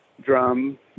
drum